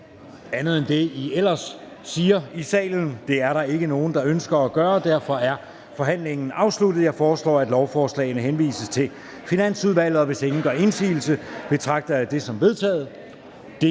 der nogen, der ønsker ordet? Det er der ikke nogen der ønsker, og derfor er forhandlingen afsluttet. Jeg foreslår, at lovforslagene henvises til Finansudvalget. Hvis ingen gør indsigelse, betragter jeg det som vedtaget. Det